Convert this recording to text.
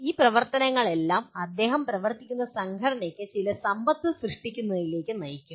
ഈ പ്രവർത്തനങ്ങളെല്ലാം അദ്ദേഹം പ്രവർത്തിക്കുന്ന സംഘടനയ്ക്ക് ചില സമ്പത്ത് സൃഷ്ടിക്കുന്നതിലേക്ക് നയിക്കും